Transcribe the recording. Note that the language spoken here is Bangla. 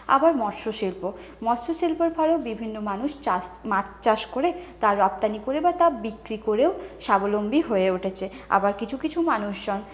আবার মৎস্য শিল্প মৎস্য শিল্পের ফলেও বিভিন্ন মানুষ চাষ মাছ চাষ করে তা রপ্তানি করে বা তা বিক্রি করেও স্বাবলম্বী হয়ে উঠেছে আবার কিছু কিছু মানুষজন